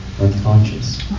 unconscious